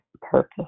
purpose